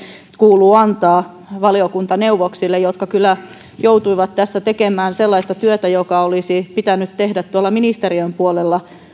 kuuluu antaa valiokuntaneuvoksille jotka kyllä joutuivat tässä tekemään sellaista työtä joka olisi pitänyt tehdä ministeriön puolella